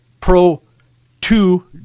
pro-two